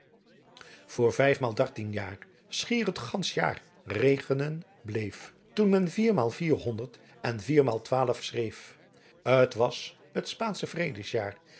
voor vijfmaal dartien jaar schier t gantsch jaar reeg'nen bleef toen men viermaal vier honderd en viermaal twaal fschreef t was t spaansche